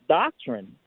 doctrine